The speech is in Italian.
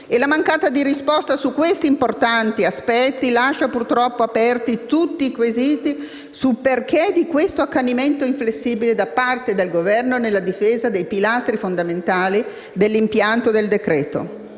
la mancata risposta su questi importanti aspetti lascia purtroppo aperti tutti i quesiti sul perché dell'accanimento inflessibile da parte del Governo nella difesa dei pilastri fondamentali dell'impianto del decreto-legge.